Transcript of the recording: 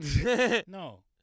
No